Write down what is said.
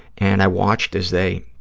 and i watched as they